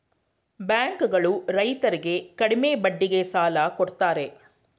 bank ಗಳು ರೈತರರ್ಗೆ ಕಡಿಮೆ ಬಡ್ಡಿಗೆ ಸಾಲ ಕೊಡ್ತಾರೆ